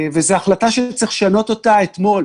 וזו החלטה שצריך לשנות אותה אתמול,